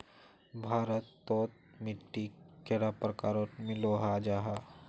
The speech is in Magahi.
भारत तोत मिट्टी कैडा प्रकारेर मिलोहो जाहा?